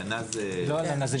לא הלנה.